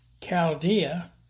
Chaldea